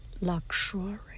luxury